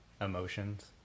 emotions